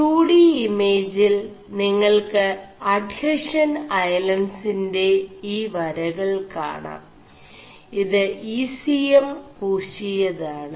2D ഇേമജിൽ നിÆൾ ് അഡ്െഹഷൻ ഐലൻഡ്സിെ ഈ വരകൾ കാണാം ഇത് ECM പൂശിയതാണ്